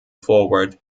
forward